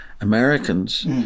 Americans